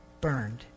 Burned